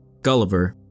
Gulliver